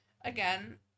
again